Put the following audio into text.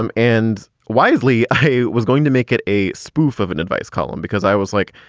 um and wisely i was going to make it a spoof of an advice column because i was like,